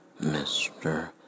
Mr